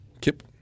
Kip